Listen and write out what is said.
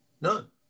none